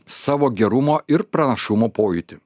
savo gerumo ir pranašumo pojūtį